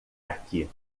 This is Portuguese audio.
aqui